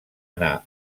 anar